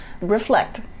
Reflect